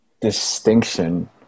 distinction